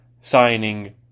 signing